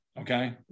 Okay